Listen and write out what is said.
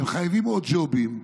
הם חייבים עוד ג'ובים,